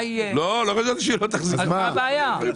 לא אמרתי שלא תחזיק מעמד.